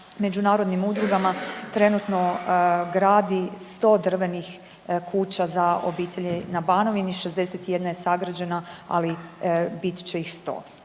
međunarodnim udrugama trenutno gradi 100 drvenih kuća za obitelji na Banovini. 61 je sagrađena, ali bit će ih 100.